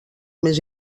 més